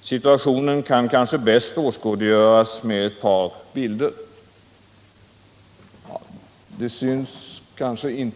Situationen kan kanske bäst åskådliggöras med ett par bilder, som jag visar på TV-skärmen.